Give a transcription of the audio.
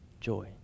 Joy